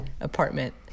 apartment